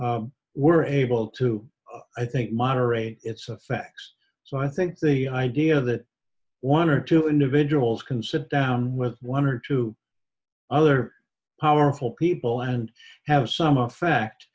were able to i think moderate its effects so i think the idea that one or two individuals can sit down with one or two other powerful people and have some effect